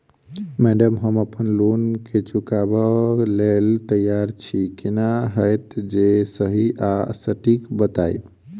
Madam हम अप्पन loan केँ चुकाबऽ लैल तैयार छी केना हएत जे सही आ सटिक बताइब?